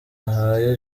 ahaye